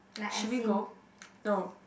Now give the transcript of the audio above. should we go no